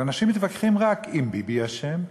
ואנשים מתווכחים רק אם ביבי אשם,